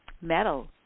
metal